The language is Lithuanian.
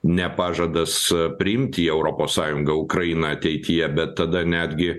ne pažadas priimti į europos sąjungą ukrainą ateityje bet tada netgi